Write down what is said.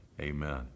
amen